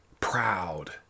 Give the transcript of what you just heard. proud